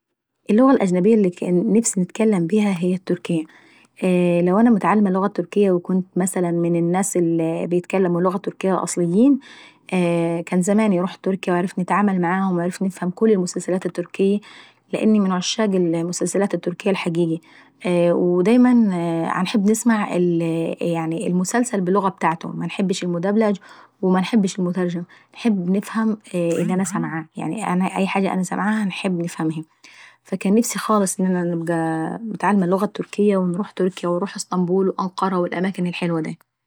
اللغة الأجنبية اللي نفسي نتكلم بيها هي التركية. لو انا متعلمة اللغة التركية وكنت مثلا من الناس اللي عيتكلموا اللغة التركية الأصليين، كان زماني رحت تركيا وعرفت نتعامل معاهم وفهمت المسلسلات التركيي. لأني من عشاق المسلسلات التركيية الحقيقيي. ودايما باحب نسمع المسلسل باللغة ابتاعته منحبش المدبلج ومنحبش المترجم. فكان نفسي خالص انكون متعلمة اللغة التركية ونروح تركيا ونسافر اسنطبول وأنقرة والاماكن الحلوة دي.